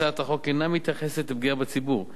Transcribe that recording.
הצעת החוק אינה מתייחסת לפגיעה בציבור,